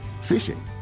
fishing